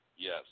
Yes